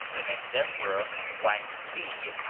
the next emperor, hwang-ti,